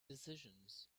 decisions